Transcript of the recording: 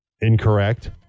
Incorrect